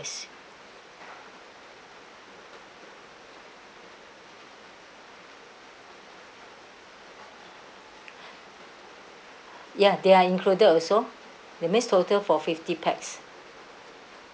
~st ya they are included also that means total for fifty pax